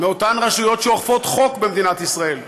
מאותן רשויות שאוכפות חוק במדינת ישראל,